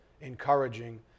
encouraging